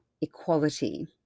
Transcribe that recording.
equality